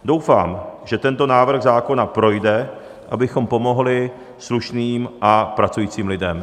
Doufám, že tento návrh zákona projde, abychom pomohli slušným a pracujícím lidem.